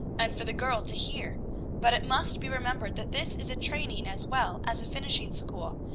and for the girl to hear but it must be remembered that this is a training as well as a finishing school,